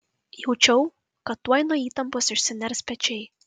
jaučiau kad tuoj nuo įtampos išsiners pečiai